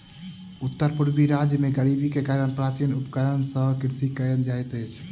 उत्तर पूर्वी राज्य में गरीबी के कारण प्राचीन उपकरण सॅ कृषि कयल जाइत अछि